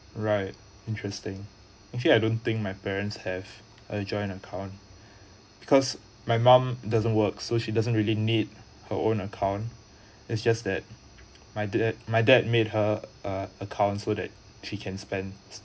right interesting actually I don't think my parents have a joint account because my mom doesn't work so she doesn't really need her own account it's just that my dad my dad made her uh account so that she can spend